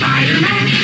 Spider-Man